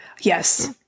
Yes